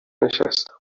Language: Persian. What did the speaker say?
نشستم